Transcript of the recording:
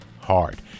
hard